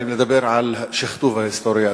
אני מדבר על שכתוב ההיסטוריה,